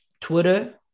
Twitter